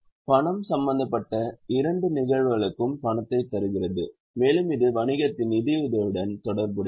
பணம் சம்பந்தப்பட்ட இரண்டு நிகழ்வுகளுக்கும் பணத்தைத் தருகிறது மேலும் இது வணிகத்தின் நிதியுதவியுடன் தொடர்புடையது